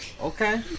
Okay